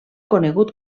conegut